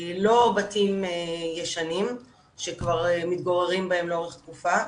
לא בתים ישנים שכבר מתגוררים בהם לאורך תקופה.